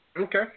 Okay